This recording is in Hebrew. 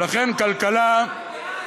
בעי"ן.